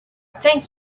thank